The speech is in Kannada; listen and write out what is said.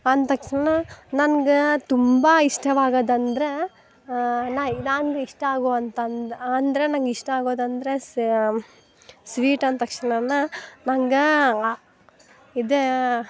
ಅಂದ ತಕ್ಷಣ ನನ್ಗೆ ತುಂಬ ಇಷ್ಟವಾಗದಂದ್ರೆ ನಾ ಇದಾಂಗ ಇಷ್ಟಾಗುವ ಅಂತಂದು ಅಂದ್ರೆ ನಂಗೆ ಇಷ್ಟಾಗೋದಂದ್ರೆ ಸ್ ಸ್ವೀಟ್ ಅಂದ ತಕ್ಷಣ ನಂಗೆ ಆ ಇದು